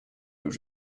już